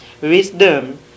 wisdom